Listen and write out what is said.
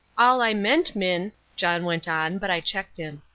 all i meant, minn john went on, but i checked him.